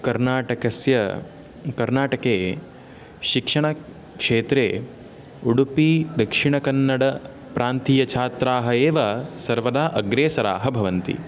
कर्नाटकस्य कर्नाटके शिक्षणक्षेत्रे उडुपि दक्षिणकन्नड प्रान्तीयच्छात्राः एव सर्वदा अग्रेसराः भवन्ति